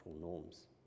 norms